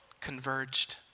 converged